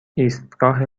ایستگاه